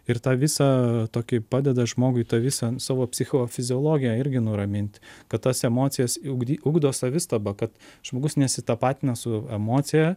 ir tą visą tokį padeda žmogui tą visą savo psichofiziologiją irgi nuraminti kad tas emocijas ugdi ugdo savistabą kad žmogus nesitapatina su emocija